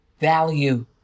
Value